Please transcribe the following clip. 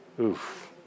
Oof